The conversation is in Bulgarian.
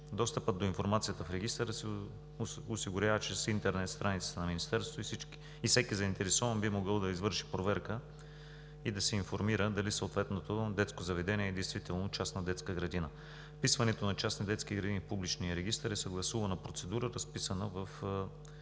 Достъпът до информацията в регистъра се осигурява чрез интернет страницата на Министерството и всеки заинтересован би могъл да извърши проверка и да се информира дали съответното детско заведение действително е частна детска градина. Вписването на частни детски градини в публичния регистър е съгласувана процедура, разписана в